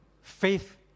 Faith